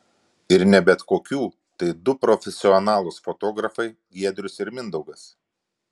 ir ne bet kokių tai du profesionalūs fotografai giedrius ir mindaugas